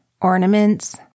Ornaments